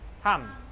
Ham